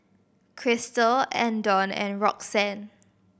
Christel Andon and Roxann